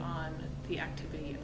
on the activity